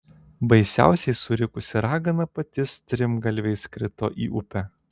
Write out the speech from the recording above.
baisiausiai surikusi ragana pati strimgalviais krito į upę